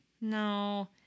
No